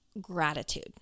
gratitude